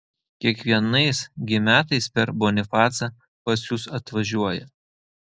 kiekvienais gi metais per bonifacą pas jus atvažiuoja